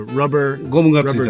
rubber